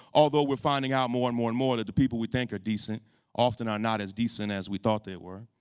although we're finding out more and more and more that the people we think are decent often are not as decent as we thought they were.